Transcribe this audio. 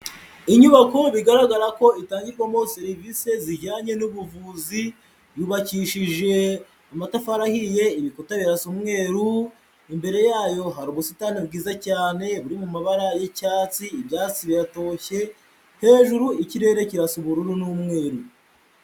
Inyubako bigaragara ko itangirwamo serivise zijyanye n'ubuvuzi, yubakishije amatafari ahiye, ibikuta birasa umweru, imbere yayo hari ubusitani bwiza cyane buri mu mabara y'icyatsi, ibyatsi biratoshye, hejuru ikirere kirasa ubururu n'umweru.